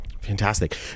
Fantastic